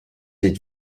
êtes